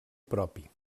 propi